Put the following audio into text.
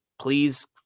please